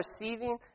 receiving